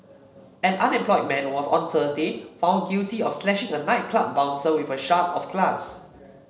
an unemployed man was on Thursday found guilty of slashing a nightclub bouncer with a shard of glass